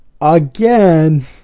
again